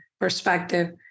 perspective